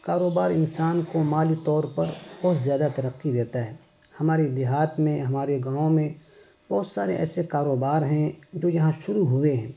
کاروبار انسان کو مالی طور پر بہت زیادہ ترقی رہتا ہے ہمارے دیہات میں ہمارے گاؤں میں بہت سارے ایسے کاروبار ہیں جو یہاں شروع ہوئے ہیں